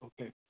Okay